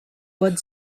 bud